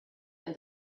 and